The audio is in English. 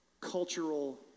cultural